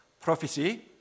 prophecy